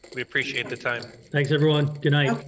we appreciate the time. thanks, everyone, good night.